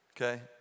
okay